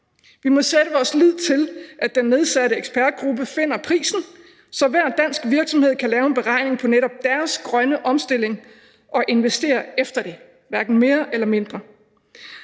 Vi må sætte vores lid til, at den nedsatte ekspertgruppe finder prisen, så hver dansk virksomhed kan lave en beregning på netop deres grønne omstilling og investere efter det, hverken mere eller mindre.